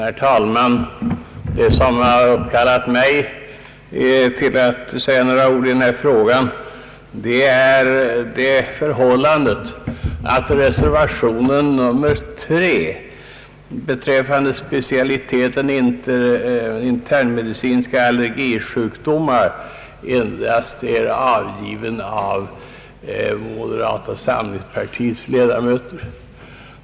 Herr talman! Vad som uppkallat mig till att säga några ord i den här frågan är det förhållandet att reservationen nr 3 beträffande specialiteten internmedicinska allergisjukdomar är avgiven endast av moderata samlingspartiets ledamöter.